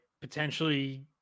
potentially